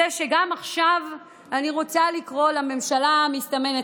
גם עכשיו אני רוצה לקרוא לממשלה המסתמנת,